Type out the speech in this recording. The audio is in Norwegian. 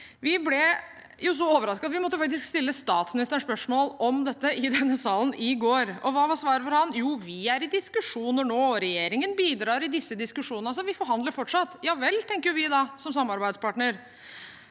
Vi ble så overrasket at vi måtte stille statsministeren spørsmål om dette i salen i går. Hva var svaret fra ham? – Jo, vi er i diskusjoner nå, regjeringen bidrar i disse diskusjonene, altså vi forhandler fortsatt. Ja vel, tenker vi da, som samarbeidspartner.